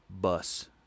bus